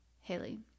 Haley